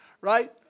right